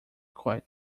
quite